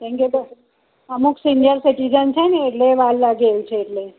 કેમ કે અમુક સિનિયર સિટીઝન છે ને એટલે વાર લાગે એવું છે એટલે